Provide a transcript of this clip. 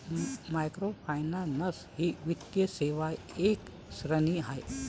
microfinance ही वित्तीय सेवांची एक श्रेणी आहे